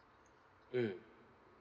mm